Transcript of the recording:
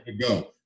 go